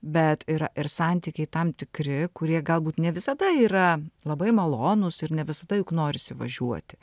bet yra ir santykiai tam tikri kurie galbūt ne visada yra labai malonūs ir ne visada juk norisi važiuoti